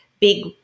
big